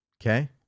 okay